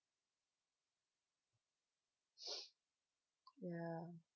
ya